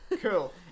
Cool